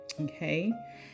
okay